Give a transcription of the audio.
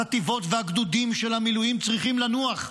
החטיבות והגדודים של המילואים, צריכים לנוח.